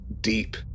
deep